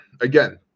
Again